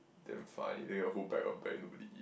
damn fine there got whole pack of bread nobody eat